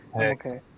okay